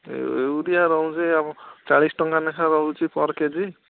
urea ରହୁଛି ଆମ ଚାଳିଶ ଟଙ୍କା ଲେଖା ରହୁଛି ପର୍ କେ ଜି